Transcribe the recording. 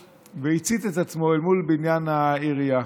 והצית את עצמו אל מול בניין העירייה.